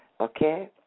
Okay